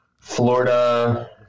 Florida